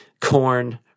corn